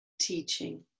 teaching